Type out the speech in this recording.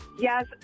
Yes